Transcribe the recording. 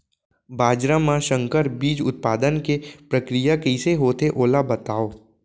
बाजरा मा संकर बीज उत्पादन के प्रक्रिया कइसे होथे ओला बताव?